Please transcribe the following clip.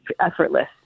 effortless